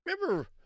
Remember